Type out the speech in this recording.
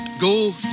go